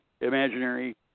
imaginary